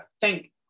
thank